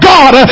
God